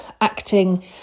acting